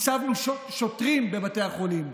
הצבנו שוטרים בבתי החולים,